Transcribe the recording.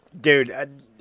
Dude